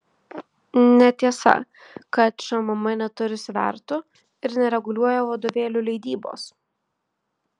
netiesa kad šmm neturi svertų ir nereguliuoja vadovėlių leidybos